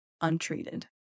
untreated